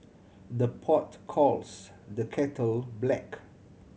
the pot calls the kettle black